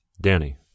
Danny